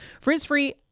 Frizz-free